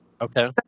Okay